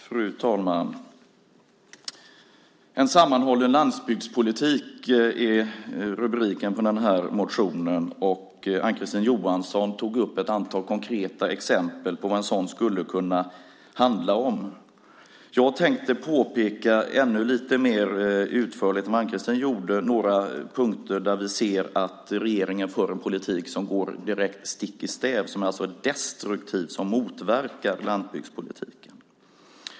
Fru talman! En sammanhållen landsbygdspolitik är rubriken på denna interpellation. Ann-Kristine Johansson tog upp ett antal konkreta exempel på vad en sådan skulle kunna handla om. Jag tänkte lite mer utförligt än Ann-Kristine Johansson peka på några punkter där vi ser att regeringen för en politik som är destruktiv och som går stick i stäv mot landsbygdspolitiken och som alltså motverkar den.